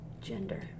Gender